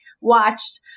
watched